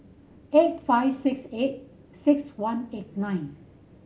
eight five six eight six one eight nine